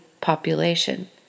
population